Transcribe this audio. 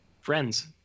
friends